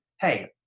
Hey